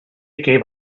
gave